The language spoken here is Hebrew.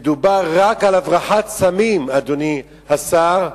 ודובר רק על הברחת סמים, אדוני השר.